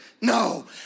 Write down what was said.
no